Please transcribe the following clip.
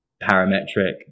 parametric